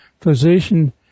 physician